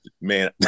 man